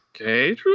Okay